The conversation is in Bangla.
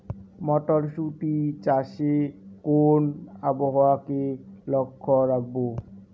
মটরশুটি চাষে কোন আবহাওয়াকে লক্ষ্য রাখবো?